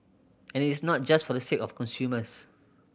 and it is not just for the sake of consumers